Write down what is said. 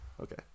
Okay